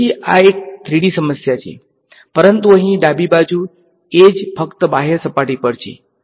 તેથી આ એક 3D સમસ્યા છે પરંતુ અહીં ડાબી બાજુ એ જ ફક્ત બાહ્ય સપાટી પર છે